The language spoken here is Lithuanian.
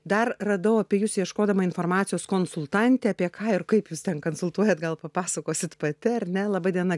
dar radau apie jus ieškodama informacijos konsultantė apie ką ir kaip jūs ten konsultuojate gal papasakosit pati ar ne laba diena